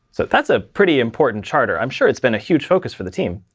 so that's a pretty important charter. i'm sure it's been a huge focus for the team.